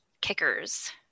kickers